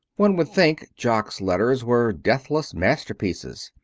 one would think jock's letters were deathless masterpieces.